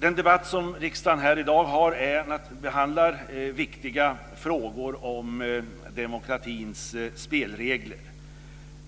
Den debatt som riksdagen i dag har handlar om viktiga frågor om demokratins spelregler.